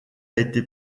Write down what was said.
été